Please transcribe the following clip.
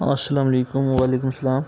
اَسلام علیکُم وعلیکُم سلام